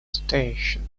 station